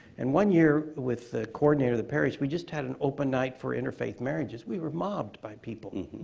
and one year with the coordinator of the parish, we just had an open night for interfaith marriages. we were mobbed by people.